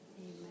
Amen